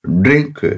drink